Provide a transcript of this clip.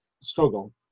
struggle